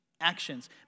actions